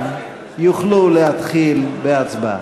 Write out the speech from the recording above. ולכן אבקש מכולם לשבת על מנת שמזכירת הכנסת והסגן יוכלו להתחיל בהצבעה.